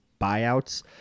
buyouts